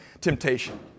temptation